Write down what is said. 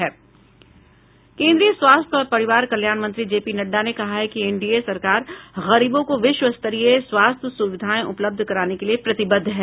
केन्द्रीय स्वास्थ्य और परिवार कल्याण मंत्री जेपी नड्डा ने कहा है कि एनडीए सरकार गरीबों को विश्व स्तरीय स्वास्थ्य सुविधाएं उपलब्ध कराने के लिए प्रतिबद्ध है